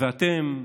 ואתם,